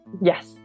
yes